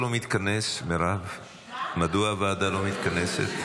מירב, מדוע הוועדה לא מתכנסת?